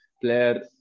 player